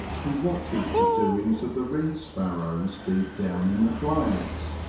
he watches the doings of the reed-sparrows deep down in the flags,